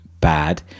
Bad